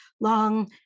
long